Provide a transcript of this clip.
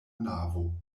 navo